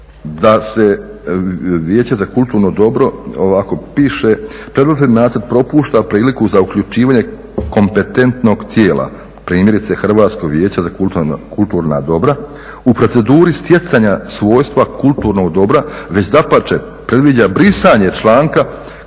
da se Vijeće za kulturno dobro, ovako piše, predložen nacrt propušta priliku za uključivanje kompetentnog tijela, primjerice Hrvatsko vijeće za kulturna dobra, u proceduri stjecanja svojstva kulturnog dobra već dapače, predviđa brisanje članka